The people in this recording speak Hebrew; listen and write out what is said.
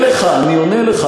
אני עונה לך, אני עונה לך.